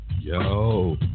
Yo